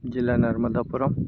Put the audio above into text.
ज़िला नर्मदापुरम